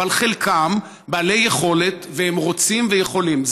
אבל חלקם בעלי יכולת, והם רוצים ויכולים.